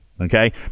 Okay